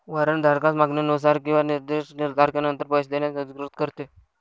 warrant धारकास मागणीनुसार किंवा निर्दिष्ट तारखेनंतर पैसे देण्यास अधिकृत करते